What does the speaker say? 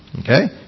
Okay